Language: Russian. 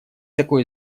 такое